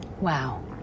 Wow